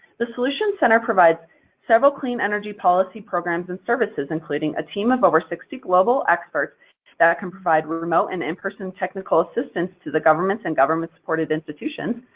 the solutions center provides several clean energy policy programs and services, including a team of over sixty global experts that can provide remote and in-person technical assistance to the governments and government-supported institutions,